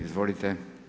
Izvolite.